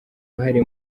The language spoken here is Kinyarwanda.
uruhare